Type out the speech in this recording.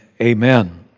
amen